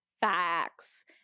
facts